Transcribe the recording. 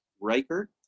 Riker